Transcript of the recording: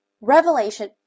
Revelation